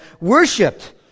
worshipped